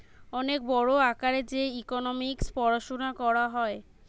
অনেক বড় আকারে যে ইকোনোমিক্স পড়াশুনা করা হয়